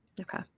Okay